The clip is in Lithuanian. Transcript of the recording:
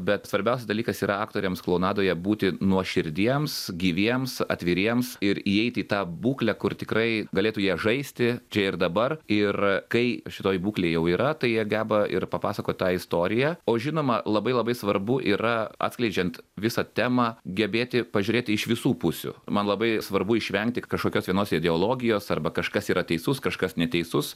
bet svarbiausias dalykas yra aktoriams klounadoje būti nuoširdiems gyviems atviriems ir įeiti į tą būklę kur tikrai galėtų ja žaisti čia ir dabar ir kai šitoj būklėj jau yra tai jie geba ir papasakot tą istoriją o žinoma labai labai svarbu yra atskleidžiant visą temą gebėti pažiūrėti iš visų pusių man labai svarbu išvengti kažkokios vienos ideologijos arba kažkas yra teisus kažkas neteisus